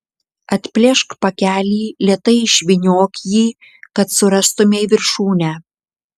atplėšk pakelį lėtai išvyniok jį kad surastumei viršūnę